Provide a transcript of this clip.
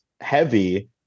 heavy